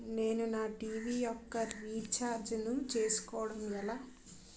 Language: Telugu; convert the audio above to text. నేను నా టీ.వీ యెక్క రీఛార్జ్ ను చేసుకోవడం ఎలా?